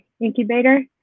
incubator